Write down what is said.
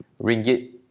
ringgit